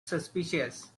suspicious